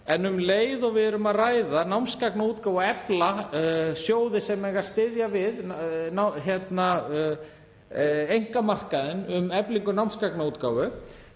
að um leið og við erum að ræða námsgagnaútgáfu og efla sjóði sem eiga að styðja við einkamarkaðinn í eflingu námsgagnaútgáfu